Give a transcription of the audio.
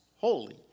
holy